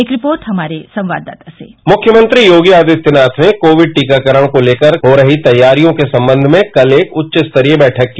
एक रिपोर्ट हमारे संवाददाता कीः मुख्यमंत्री योगी आदित्यनाथ ने कोविड टीकाकरण को लेकर की हो रही तैयारी हो के संबंध में कल एक उच्च स्तरीय बैठक की